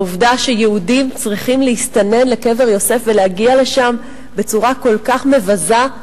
העובדה שיהודים צריכים להסתנן לקבר יוסף ולהגיע לשם בצורה כל כך מבזה,